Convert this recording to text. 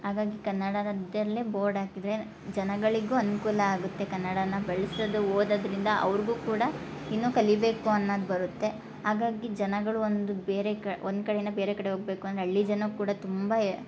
ಹಾಗಾಗಿ ಕನ್ನಡದಲ್ಲೇ ಬೋರ್ಡ್ ಹಾಕಿದ್ರೆ ಜನಗಳಿಗೂ ಅನುಕೂಲ ಆಗುತ್ತೆ ಕನ್ನಡನ ಬಳ್ಸೋದು ಓದೋದರಿಂದ ಅವ್ರಿಗೂ ಕೂಡ ಇನ್ನೂ ಕಲಿಯಬೇಕು ಅನ್ನೋದು ಬರುತ್ತೆ ಹಾಗಾಗಿ ಜನಗಳು ಒಂದು ಬೇರೆ ಕ ಒಂದು ಕಡೆಯಿಂದ ಬೇರೆ ಕಡೆ ಹೋಗ್ಬೇಕು ಅಂದರೆ ಹಳ್ಳಿ ಜನ ಕೂಡ ತುಂಬ